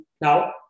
now